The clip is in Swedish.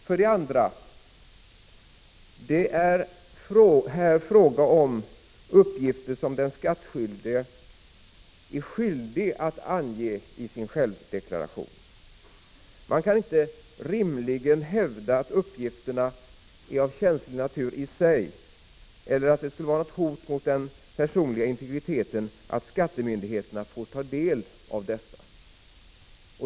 För det andra är det fråga om uppgifter som den skattskyldige är skyldig att angeii självdeklarationen. Man kan alltså inte rimligen hävda att uppgifterna är av känslig natur i sig eller att det skulle vara något hot mot den personliga integriteten att skattemyndigheterna får ta del av dessa.